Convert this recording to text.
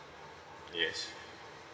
yes